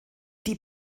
die